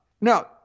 Now